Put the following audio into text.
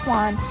one